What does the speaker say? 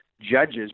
judges